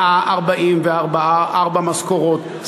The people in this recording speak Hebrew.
144 משכורות,